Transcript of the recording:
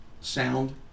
sound